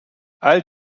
all